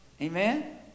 Amen